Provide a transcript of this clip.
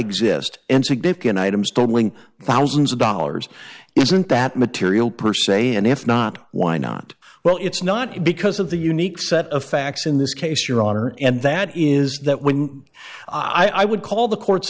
exist and significant items totalling thousands of dollars isn't that material per se and if not why not well it's not because of the unique set of facts in this case your honor and that is that when i would call the court